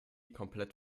komplett